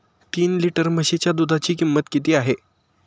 तीन लिटर म्हशीच्या दुधाची किंमत किती आहे?